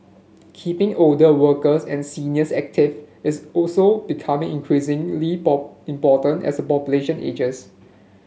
keeping older workers and seniors active is also becoming important as the population ages